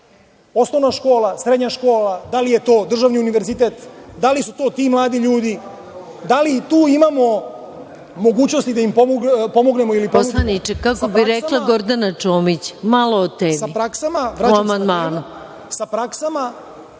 osnovna škola, srednja škola, da li je to državni univerzitet, da li su to ti mladi ljudi, da li tu imamo mogućnosti da im pomognemo… **Maja